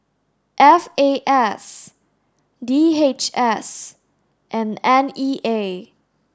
F A S D H S and N E A